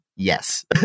yes